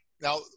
now